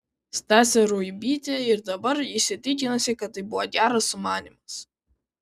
stasė ruibytė ir dabar įsitikinusi kad tai buvo geras sumanymas